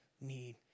need